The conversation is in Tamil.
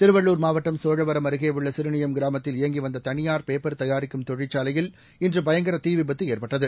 திருவள்ளூர் மாவட்டம் சோழவரம் அருகே உள்ள சிறுனியம் கிராமத்தில் இயங்கி வந்த தனியாா் பேப்பர் தயாரிக்கும் தொழிற்சாலையில் இன்று பயங்கர தீ விபத்து ஏற்பட்டது